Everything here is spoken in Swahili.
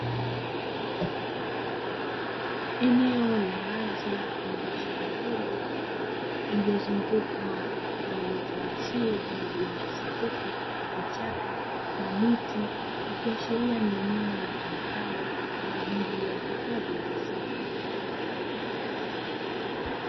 Eneo la wazi lenye njia ndogo iliyozungukwa na uoto wa asili, kama vile nyasi fupi, vichaka, na miti; ikiashiria ni eneo litumikalo kwa ajili ya uhifadhi wa misitu.